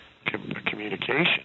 communication